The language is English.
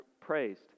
praised